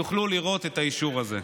תוכלו לראות את האישור הזה.